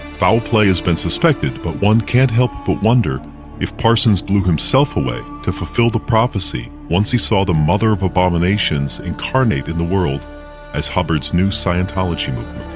foul play has been suspected but one can't help but wonder if parson's blew himself away to fulfill the prophecy once he saw the mother of abominations incarnate in the world as hubbard's new scientology movement.